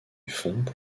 fonds